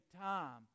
time